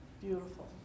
Beautiful